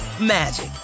magic